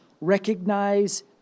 recognize